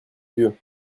vieux